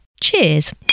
Cheers